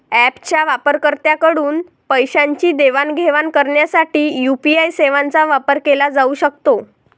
ऍपच्या वापरकर्त्यांकडून पैशांची देवाणघेवाण करण्यासाठी यू.पी.आय सेवांचा वापर केला जाऊ शकतो